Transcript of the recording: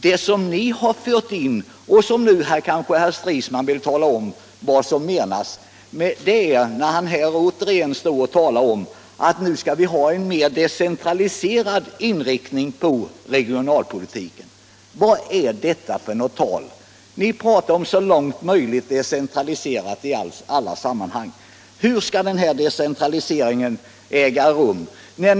Det som ni har fört in i regionalpolitiken — och herr Stridsman kanske nu vill tala om vad som menas med det — är talet om en mer decentraliserad inriktning av regionalpolitiken. Vad är det för någonting? Ni pratar i alla sammanhang om en så långt som möjligt driven decentralisering. Hur skall denna decentralisering gå till?